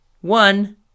one